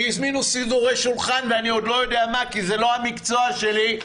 שהזמינו סידורי שולחן ואני לא יודע מה עוד כי זה לא המקצוע שלי?